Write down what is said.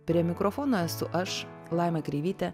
prie mikrofono esu aš laima kreivytė